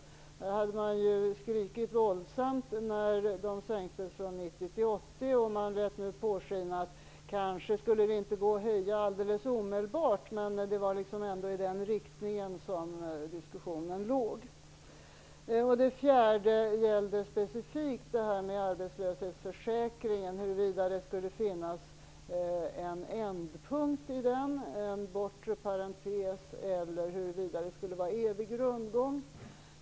Socialdemokraterna hade skrikit våldsamt när de sänktes från 90 % till 80 % och låtit påskina att det kanske inte skulle gå att höja dessa nivåer omedelbart men att det var i den riktningen man arbetade. Den fjärde gäller specifikt arbetslöshetsförsäkringen och huruvida det skulle finnas en ändpunkt i den, en bortre parentes, eller om det skulle vara evig rundgång.